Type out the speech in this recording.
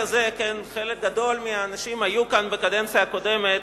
חלק גדול מהאנשים בבית הזה היו כאן בקדנציה הקודמת,